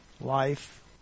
life